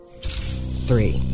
Three